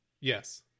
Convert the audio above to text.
Yes